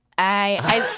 i.